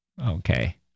Okay